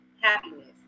happiness